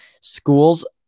Schools